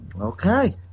okay